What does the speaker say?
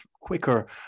quicker